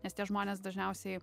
nes tie žmonės dažniausiai